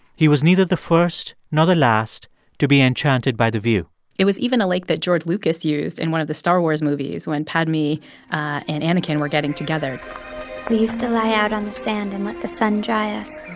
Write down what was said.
he was neither the first nor the last to be enchanted by the view it was even a lake that george lucas used in one of the star wars movies when padme and and anakin were getting together we used to lie out on the sand and like the sun dry us